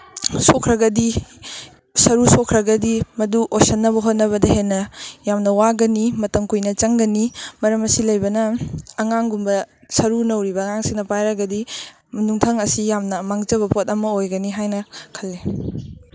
ꯁꯣꯛꯈ꯭ꯔꯒꯗꯤ ꯁꯔꯨ ꯁꯣꯛꯈ꯭ꯔꯒꯗꯤ ꯃꯗꯨ ꯑꯣꯏꯁꯟꯅꯕ ꯍꯣꯠꯅꯕꯗ ꯍꯦꯟꯅ ꯌꯥꯝꯅ ꯋꯥꯒꯅꯤ ꯃꯇꯝ ꯀꯨꯏꯅ ꯆꯪꯒꯅꯤ ꯃꯔꯝ ꯑꯁꯤ ꯂꯩꯕꯅ ꯑꯉꯥꯡꯒꯨꯝꯕ ꯁꯔꯨ ꯅꯧꯔꯤꯕ ꯑꯉꯥꯡꯁꯤꯡꯅ ꯄꯥꯏꯔꯒꯗꯤ ꯅꯨꯡꯊꯪ ꯑꯁꯤ ꯌꯥꯝꯅ ꯃꯥꯡꯖꯕ ꯄꯣꯠ ꯑꯃ ꯑꯣꯏꯒꯅꯤ ꯍꯥꯏꯅ ꯈꯜꯂꯤ